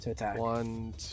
one